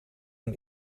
een